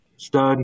Stud